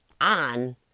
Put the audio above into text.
on